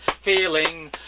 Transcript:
feeling